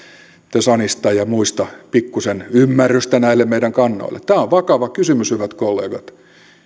the sunista ja muista pikkuisen ymmärrystä näille meidän kannoillemme tämä on vakaa kysymys hyvät kollegat